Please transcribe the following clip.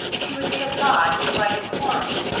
she would be obliged by decorum,